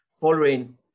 following